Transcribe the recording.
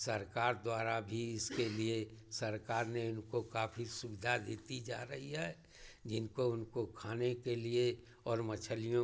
सरकार द्वारा भी इसके लिए सरकार ने इनको काफी सुविधा देती जा रही है जिनको उनको खाने के लिए और मछलियों